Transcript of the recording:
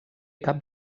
cap